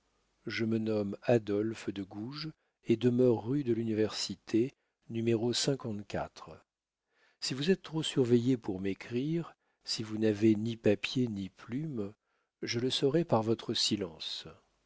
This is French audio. je me nomme adolphe de gouges et demeure rue de luniversité si vous êtes trop surveillée pour m'écrire si vous n'avez ni papier ni plumes je le saurai par votre silence